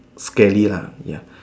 scary lah ya